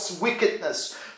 wickedness